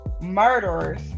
murderers